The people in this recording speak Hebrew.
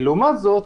לעומת זאת,